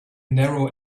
narrow